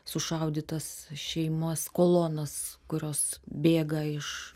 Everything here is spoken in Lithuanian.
sušaudytas šeimos kolonas kurios bėga iš